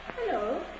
Hello